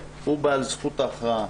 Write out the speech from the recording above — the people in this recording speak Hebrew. הוא בעל זכות ההכרעה?